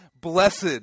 blessed